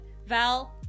Val